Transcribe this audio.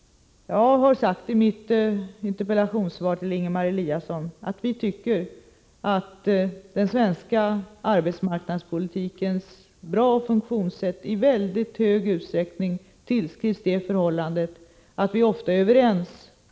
Jag har i mitt interpellationssvar till Ingemar Eliasson sagt att vi tycker att den svenska arbetsmarknadspolitikens goda funktion i mycket stor utsträckning får tillskrivas det förhållandet att vi ofta är överens.